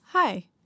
Hi